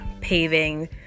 paving